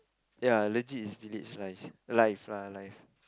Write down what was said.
ya legit is village life life lah life